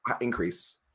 increase